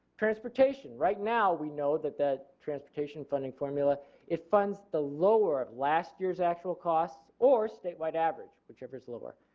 transportation, right now we know that the transportation funding formula it funds the lower of last year's actual costs or statewide average whichever is lower.